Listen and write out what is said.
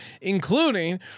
including